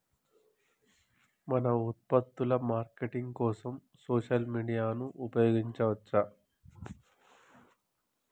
మన ఉత్పత్తుల మార్కెటింగ్ కోసం సోషల్ మీడియాను ఉపయోగించవచ్చా?